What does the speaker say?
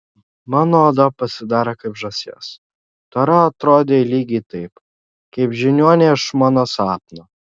mano oda pasidarė kaip žąsies tora atrodė lygiai taip kaip žiniuonė iš mano sapno